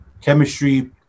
Chemistry